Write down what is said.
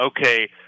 okay